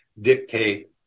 dictate